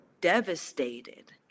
devastated